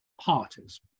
parties